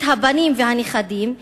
את הבנים והנכדים,